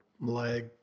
leg